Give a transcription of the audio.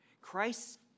Christ